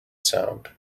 sound